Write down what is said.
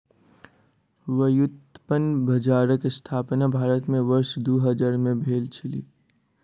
व्युत्पन्न बजारक स्थापना भारत में वर्ष दू हजार में भेल छलै